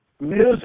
music